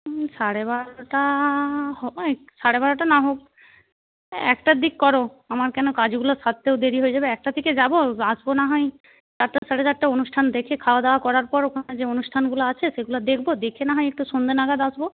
হুম সাড়ে বারোটা হবেই সাড়ে বারোটা না হোক একটার দিক কর আমার কেন কাজগুলো সারতেও দেরি হয়ে যাবে একটা দিকে যাব আসব নাহয় চারটে সাড়ে চারটে অনুষ্ঠান দেখে খাওয়া দাওয়া করার পর ওখানে যে অনুষ্ঠানগুলো আছে সেগুলো দেখব দেখে না হয় একটু সন্ধে নাগাদ আসব